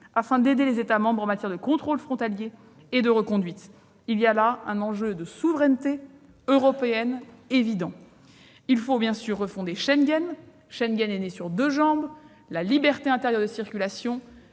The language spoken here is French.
afin d'aider les États membres en matière de contrôles frontaliers et de reconduites. Il y a là un enjeu évident de souveraineté européenne. Il faut bien entendu refonder Schengen, qui repose sur deux jambes : la liberté intérieure de circulation